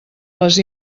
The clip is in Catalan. les